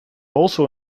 also